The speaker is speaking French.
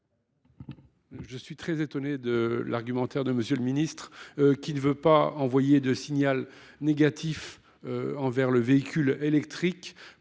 Je suis très surpris par l’argumentaire de M. le ministre, qui ne veut pas envoyer de signal négatif envers le véhicule électrique